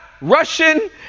Russian